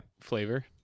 Flavor